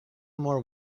more